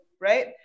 right